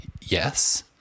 yes